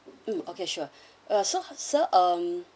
mm okay sure uh so sir um